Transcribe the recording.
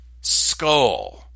Skull